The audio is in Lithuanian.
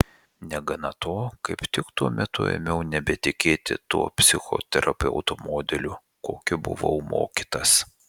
negana to kaip tik tuo metu ėmiau nebetikėti tuo psichoterapeuto modeliu kokio buvau mokytas